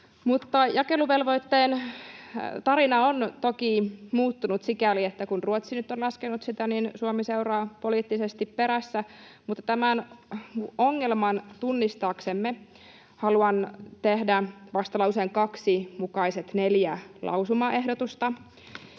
Mutta jakeluvelvoitteen tarina on toki muuttunut sikäli, että kun Ruotsi nyt on laskenut sitä, niin Suomi seuraa poliittisesti perässä. Tämän ongelman tunnistaaksemme haluan tehdä vastalauseen 2 mukaiset neljä lausumaehdotusta,